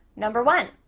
number one,